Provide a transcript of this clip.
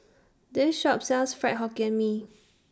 This Shop sells Fried Hokkien Mee